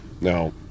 Now